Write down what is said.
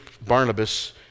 Barnabas